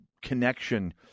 connection